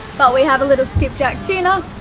but we have a little skip-jack tuna.